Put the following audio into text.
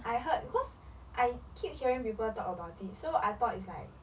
I heard because I keep hearing people talk about it so I thought is like